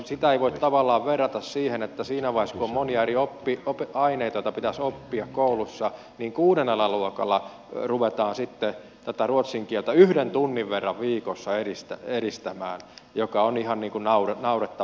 sitä ei voi tavallaan verrata siihen että siinä vaiheessa kun on monia eri aineita joita pitäisi oppia koulussa kuudennella luokalla ruvetaan ruotsin kieltä yhden tunnin verran viikossa edistämään mikä on ihan naurettavuuden huippu